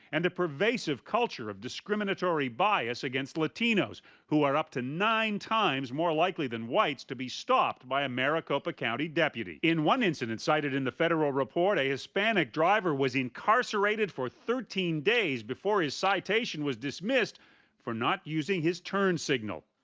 and a pervasive culture of discriminatory bias against latinos who are up to nine times more likely than whites to be stopped by a maricopa county deputy. in one incident cited in the federal report, a hispanic driver was incarcerated for thirteen days before his citation was dismissed for not using his turn signal.